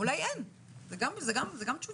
אולי אין, זו גם תשובה.